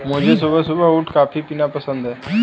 मुझे सुबह सुबह उठ कॉफ़ी पीना पसंद हैं